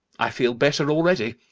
i feel better already.